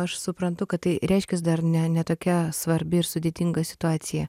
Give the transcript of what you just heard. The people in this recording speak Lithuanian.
aš suprantu kad tai reiškias dar ne ne tokia svarbi ir sudėtinga situacija